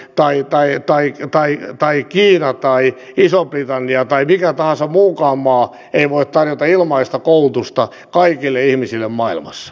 t pai pai myöskään yhdysvallat tai kiina tai iso britannia tai mikä tahansa muukaan maa ei voi tarjota ilmaista koulutusta kaikille ihmisille maailmassa